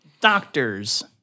Doctors